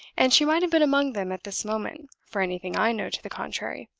and she might have been among them at this moment, for anything i know to the contrary,